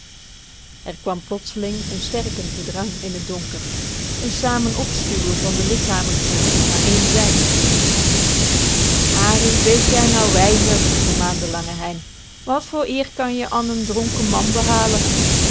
er kwam plotseling een sterker gedrang in het donker een samen opstuwen van de lichamenklit naar één zij ari wees jij nou wijzer vermaande lange hein wat voor eer kan je an n dronken man behalen